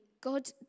God